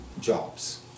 jobs